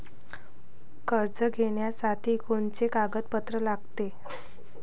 कर्ज घ्यासाठी कोनचे कागदपत्र लागते?